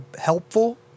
helpful